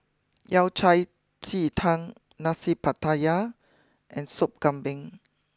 Yao Cai Ji Tang Nasi Pattaya and Sop Kambing